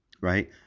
Right